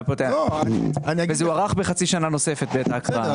זה הוארך בחצי שנה נוספת בעת ההקראה.